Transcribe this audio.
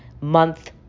month